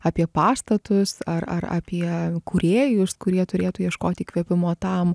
apie pastatus ar ar apie kūrėjus kurie turėtų ieškot įkvėpimo tam